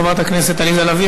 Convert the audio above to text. חברת הכנסת עליזה לביא,